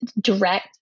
direct